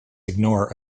ignore